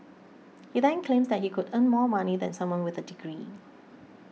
he then claims that he could earn more money than someone with a degree